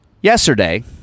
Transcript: Yesterday